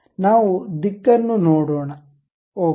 ನಾವು ದಿಕ್ಕನ್ನು ನೋಡೋಣ ಓಕೆ